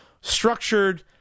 structured